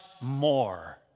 more